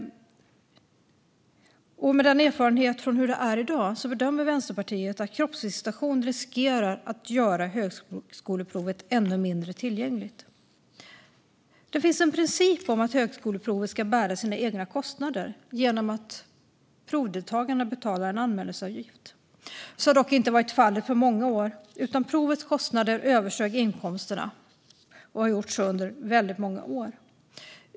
Med erfarenhet från hur det är i dag bedömer Vänsterpartiet att kroppsvisitation riskerar att göra högskoleprovet ännu mindre tillgängligt. Det finns en princip om att högskoleprovet ska bära sina egna kostnader genom att provdeltagarna betalar en anmälningsavgift. Så har dock inte varit fallet på många år, utan provets kostnader har överstigit inkomsterna under väldigt många år.